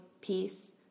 peace